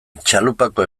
txalupako